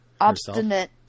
obstinate